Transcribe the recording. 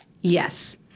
Yes